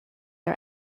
are